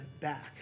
back